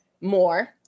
more